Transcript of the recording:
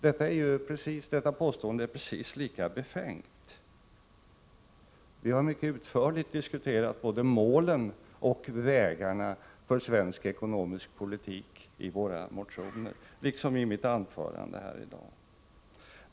—- Detta påstående är precis lika befängt. Vi har mycket utförligt diskuterat både målen och vägarna för svensk ekonomisk politik i våra motioner liksom jag gjorde i mitt anförande här i dag.